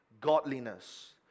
godliness